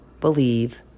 Believe